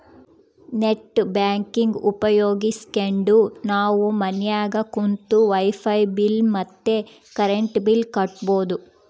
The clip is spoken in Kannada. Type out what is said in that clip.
ನೆಟ್ ಬ್ಯಾಂಕಿಂಗ್ ಉಪಯೋಗಿಸ್ಕೆಂಡು ನಾವು ಮನ್ಯಾಗ ಕುಂತು ವೈಫೈ ಬಿಲ್ ಮತ್ತೆ ಕರೆಂಟ್ ಬಿಲ್ ಕಟ್ಬೋದು